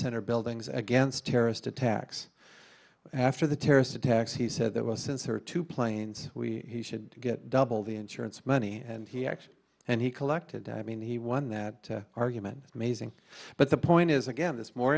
center buildings against terrorist attacks after the terrorist attacks he said there was a sense or two planes we should get double the insurance money and he actually and he collected i mean he won that argument amazing but the point is again this more